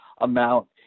amount